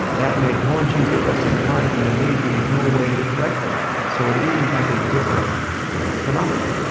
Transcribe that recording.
that may haunt you for the rest of your life and there may be no way to correct for that. so it is, in fact, a different phenomenon,